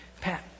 Pat